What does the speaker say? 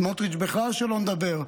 סמוטריץ' שלא נדבר בכלל,